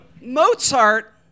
Mozart